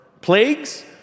plagues